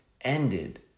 ended